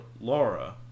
Laura